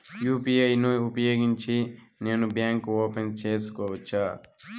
UPI ను ఉపయోగించి నేను బ్యాంకు ఓపెన్ సేసుకోవచ్చా?